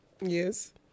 yes